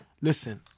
listen